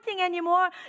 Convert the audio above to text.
anymore